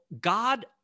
God